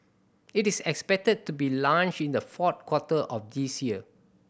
it is expected to be launched in the fourth quarter of this year